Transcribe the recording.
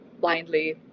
blindly